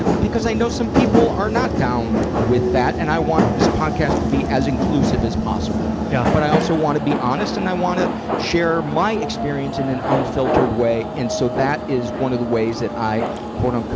ah because i know some people are not down with that, and i want this podcast to be as inclusive as possible. yeah but i also wanna be honest, and i wanna share my experience in an unfiltered way. and so, that is one of the ways that i um